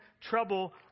trouble